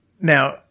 Now